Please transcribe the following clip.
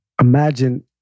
imagine